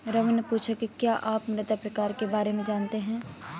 रवि ने पूछा कि क्या आप मृदा प्रकार के बारे में जानते है?